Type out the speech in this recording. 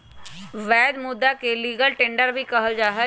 वैध मुदा के लीगल टेंडर भी कहल जाहई